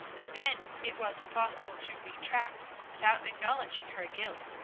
and then it was impossible to retract without acknowledging her guilt.